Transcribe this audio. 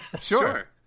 Sure